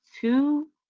two